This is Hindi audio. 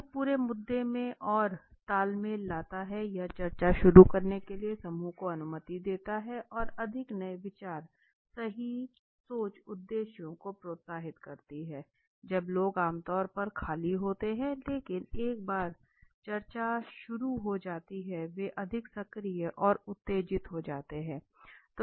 यह पूरे मुद्दे में और तालमेल लाता है यह चर्चा शुरू करने के लिए समूह को अनुमति देता है और अधिक नए विचार सही सोच उद्देश्यों को प्रोत्साहित करती हैं जब लोग आम तौर पर खाली होते हैं लेकिन एक बार चर्चा शुरू हो जाती हैं वे अधिक सक्रिय और उत्तेजित हो जाते हैं